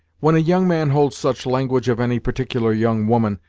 when a young man holds such language of any particular young woman,